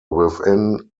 within